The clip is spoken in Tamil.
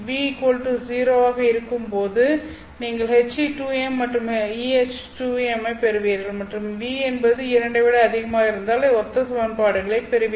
ʋ 2 இருக்கும்போது நீங்கள் HE2m மற்றும் EH2m ஐப் பெறுவீர்கள் மற்றும் ʋ என்பது 2 ஐ விட அதிகமாக இருந்தால் ஒத்த சமன்பாடுகளைப் பெறுவீர்கள்